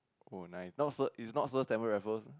oh nice not so it's not supposed Stamford-Raffles